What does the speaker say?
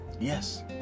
Yes